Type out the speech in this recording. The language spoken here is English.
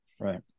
right